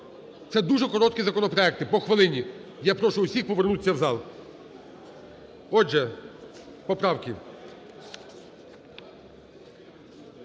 це дуже короткі законопроекти, я прошу всіх повернутися в зал. Отже, поправки.